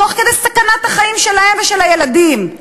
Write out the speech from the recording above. תוך סכנת חיים, שלהם ושל הילדים.